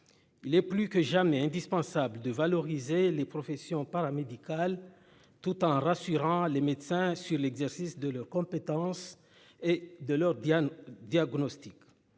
Il est plus que jamais indispensable de valoriser les professions paramédicales, tout en rassurant les médecins sur l'exercice de leurs compétences et de leur Diane diagnostic.